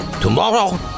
Tomorrow